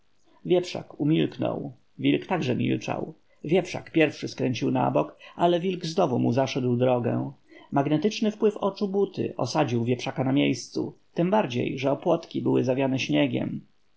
wieprzak umilknął wilk także milczał wieprz pierwszy skręcił na bok ale wilk znów mu zaszedł drogę magnetyczny wpływ oczu buty osadził wieprzaka w miejscu tembardziej że opłotki były zawiane śniegiem